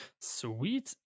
Sweet